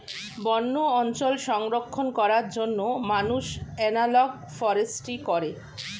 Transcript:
বন্য অঞ্চল সংরক্ষণ করার জন্য মানুষ এনালগ ফরেস্ট্রি করে